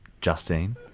Justine